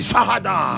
Sahada